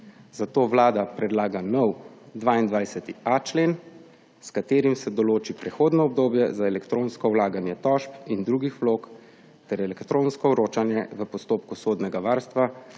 Zato Vlada predlaga nov, 22.a člen, s katerim se določi prehodno obdobje za elektronsko vlaganje tožb in drugih vlog ter elektronsko vročanje v postopku sodnega varstva,